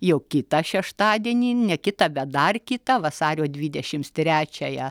jau kitą šeštadienį ne kitą bet dar kitą vasario dvidešimts trečiąją